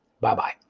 Bye-bye